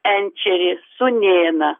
enčerį sūnėną